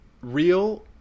real